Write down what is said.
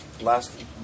Last